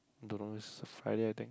don't know it's a Friday I think